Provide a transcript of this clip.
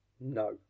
No